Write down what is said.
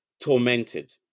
tormented